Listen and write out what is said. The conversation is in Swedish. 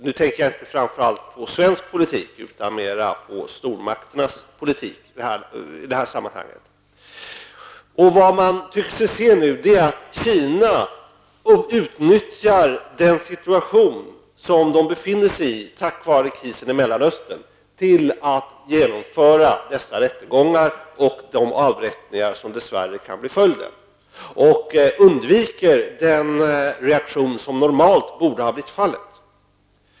Nu tänker jag inte framför allt på svensk politik utan mer på stormakternas politik i det här sammanhanget. Vad man nu tycker sig se är att Kina utnyttjar den situation som det befinner sig i tack vare krisen i Mellanöstern till att genomföra dessa rättegångar och de avrättningar som dess värre kan bli följden. Man undslipper den reaktion som normalt borde har blivit fallet.